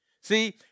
See